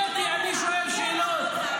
קטי, אני שואל שאלות.